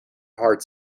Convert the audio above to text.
hard